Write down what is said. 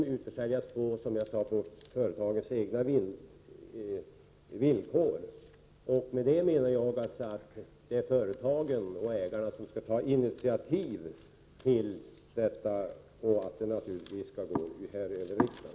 Därför måste, som jag sade, försäljningen ske på företagens egna villkor. Med det menar jag att det är företagen och deras ägare som skall ta initiativet och att frågan om försäljningen naturligtvis skall behandlas i riksdagen.